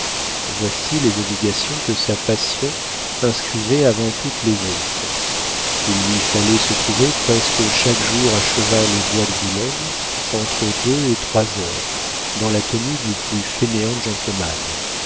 voici les obligations que sa passion inscrivait avant toutes les autres il lui fallait se trouver presque chaque jour à cheval au bois de boulogne entre deux et trois heures dans la tenue du plus fainéant gentleman